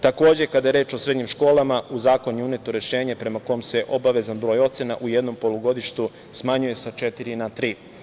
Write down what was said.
Takođe, kada je reč o srednjim školama u zakon je uneto rešenje prema kome se obavezan broj ocena u jednom polugodištu smanjuje sa četiri na tri.